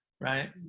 right